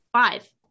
Five